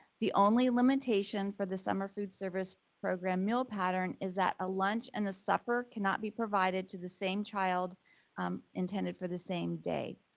the only limitation for the summer food service program meal pattern is that a lunch and a supper cannot be provided to the same child intended for the same day.